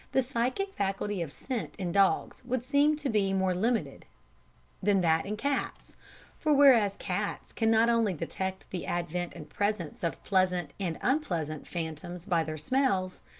the psychic faculty of scent in dogs would seem to be more limited than that in cats for, whereas cats can not only detect the advent and presence of pleasant and unpleasant phantoms by their smells,